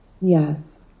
Yes